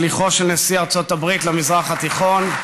שליחו של נשיא ארצות הברית למזרח התיכון,